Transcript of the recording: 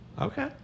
Okay